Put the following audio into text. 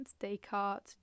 Descartes